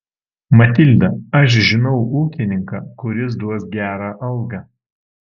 matilda aš žinau ūkininką kuris duos gerą algą